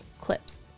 clips